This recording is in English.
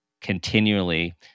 continually